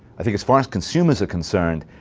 i think, as far as consumers are concerned,